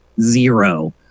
zero